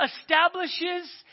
establishes